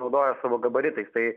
naudojas savo gabaritais tai